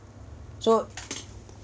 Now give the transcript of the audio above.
so